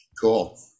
Cool